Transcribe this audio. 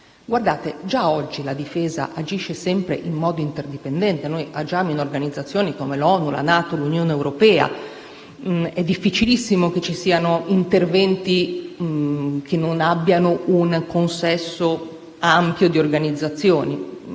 nazionali? Già oggi la Difesa agisce sempre in modo interdipendente; noi agiamo in organizzazioni come la NATO, l'ONU e l'Unione europea ed è difficilissimo che ci siano interventi che non abbiano un consesso ampio di organizzazioni;